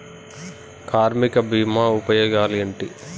కార్మిక బీమా ఉపయోగాలేంటి?